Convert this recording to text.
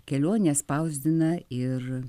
kelionė spausdina ir